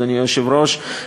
אדוני היושב-ראש,